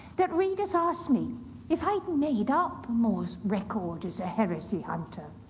that readers asked me if i'd made up more's record as a heresy hunter.